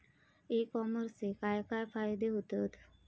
E कॉमर्सचे काय काय फायदे होतत?